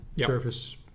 Surface